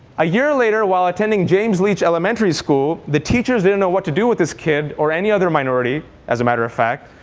a year later while attending james leach elementary school, the teachers didn't know what to do with this kid or any other minority, as a matter of fact.